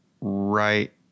right